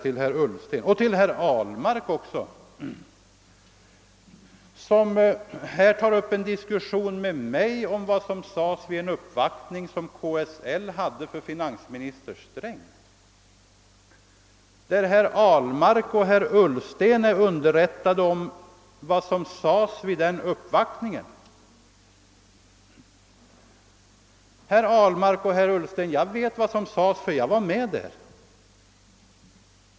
Herrar Ullsten och Ahlmark tar här upp en diskussion med mig om vad som sades vid den uppvaktning som KSL gjorde för finansminister Sträng. Herrar Ahlmark och Ullsten säger sig vara underrättade om vad som sades vid denna uppvaktning. Men, herr Abhlmark och herr Ullsten, jag vet vad som sades, ty jag var med där.